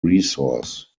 resource